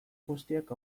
guztiak